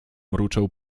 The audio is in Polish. mruczał